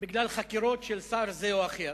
בגלל חקירות של שר זה או אחר